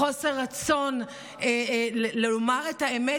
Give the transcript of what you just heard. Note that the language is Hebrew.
חוסר הרצון לומר את האמת.